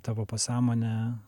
tavo pasąmonę